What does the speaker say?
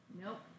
Nope